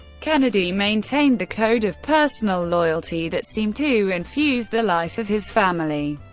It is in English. kennedy maintained the code of personal loyalty that seemed to infuse the life of his family.